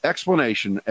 Explanation